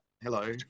Hello